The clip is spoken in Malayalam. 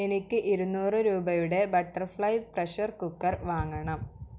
എനിക്ക് ഇരുന്നൂറ് രൂപയുടെ ബട്ടർഫ്ലൈ പ്രഷർ കുക്കർ വാങ്ങണം